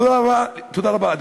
תודה רבה.